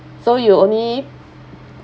so you only